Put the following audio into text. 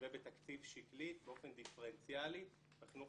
ובתקציב שקלי באופן דיפרנציאלי בחינוך